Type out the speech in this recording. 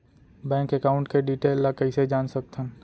Bank account के detail ल कइसे जान सकथन?